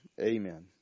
Amen